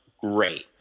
great